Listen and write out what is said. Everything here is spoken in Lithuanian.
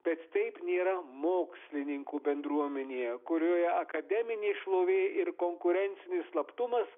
bet taip nėra mokslininkų bendruomenėje kurioje akademinė šlovė ir konkurencinis slaptumas